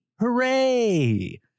Hooray